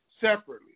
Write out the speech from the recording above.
separately